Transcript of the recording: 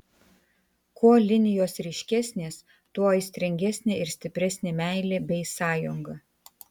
kuo linijos ryškesnės tuo aistringesnė ir stipresnė meilė bei sąjunga